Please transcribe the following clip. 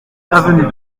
avenue